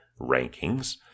rankings